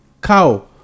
cow